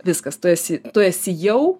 viskas tu esi tu esi jau